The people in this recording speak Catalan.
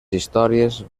històries